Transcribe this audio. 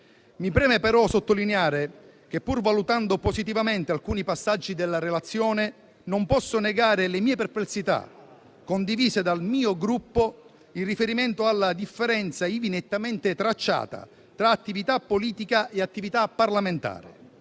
Mi preme però sottolineare che, pur valutando positivamente alcuni passaggi della relazione, non posso negare le mie perplessità, condivise dal mio Gruppo, in riferimento alla differenza ivi nettamente tracciata tra attività politica e attività parlamentare.